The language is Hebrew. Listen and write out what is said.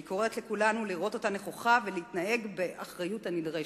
והיא קוראת לכולנו לראות אותה נכוחה ולהתנהג באחריות הנדרשת.